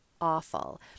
awful